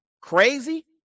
crazy